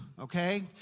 okay